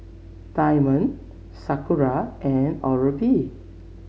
Diamond Sakura and Oral B